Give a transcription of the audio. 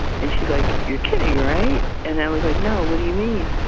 and she's like, you're kidding, right? and i was like, no, what do you mean?